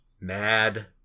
Mad